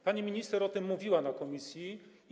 Pani minister o tym mówiła w komisji.